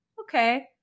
okay